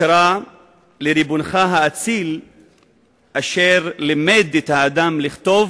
קרא לריבונך האציל אשר לימד את האדם לכתוב